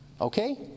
Okay